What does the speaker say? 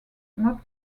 not